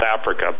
Africa